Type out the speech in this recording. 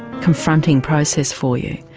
confronting process for you.